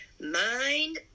mind